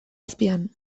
azpian